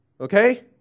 okay